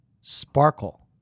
sparkle